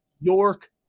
York